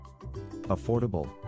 Affordable